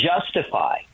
justify